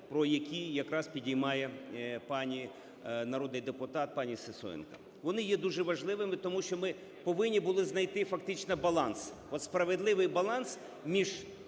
про які якраз підіймає пані народний депутат, пані Сисоєнко. Вони є дуже важливими, тому що ми повинні були знайти фактично баланс, справедливий баланс між